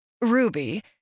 Ruby